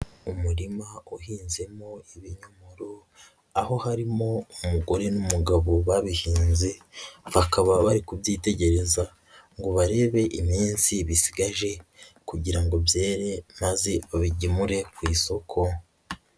Umurima uhinzemo ibinyomoro, aho harimo umugore n'umugabo babihinze, bakaba bari kubyitegereza. Ngo barebe iminsi bisigaje kugira ngo byere maze babigemure ku isoko.